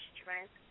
strength